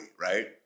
Right